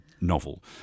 novel